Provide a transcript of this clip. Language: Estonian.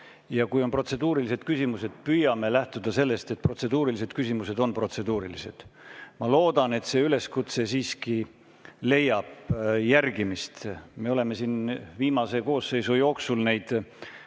Kui on protseduurilised küsimused, siis püüame lähtuda sellest, et protseduurilised küsimused on protseduurilised. Ma loodan, et see üleskutse siiski leiab järgimist. Me oleme siin viimase koosseisu jooksul neid